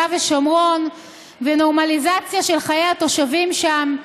ושומרון ונורמליזציה של חיי התושבים שם.